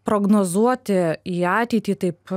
prognozuoti į ateitį taip